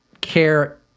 care